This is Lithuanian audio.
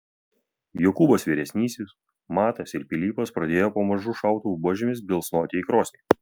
jokūbas vyresnysis matas ir pilypas pradėjo pamažu šautuvų buožėmis bilsnoti į krosnį